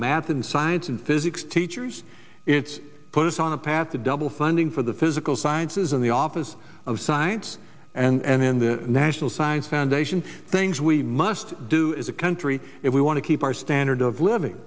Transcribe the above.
math and science and physics teachers it's put us on a path to double funding for the physical sciences in the office of science and in the national science foundation things we must do as a country if we want to keep our standard of living